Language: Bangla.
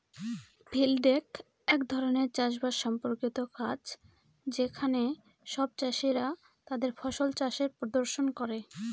ফিল্ড ডেক এক ধরনের চাষ বাস সম্পর্কিত কাজ যেখানে সব চাষীরা তাদের ফসল চাষের প্রদর্শন করে